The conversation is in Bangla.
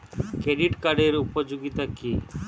ক্রেডিট কার্ডের উপযোগিতা কি?